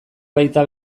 baita